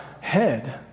head